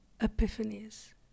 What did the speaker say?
epiphanies